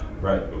right